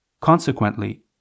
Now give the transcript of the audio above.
Consequently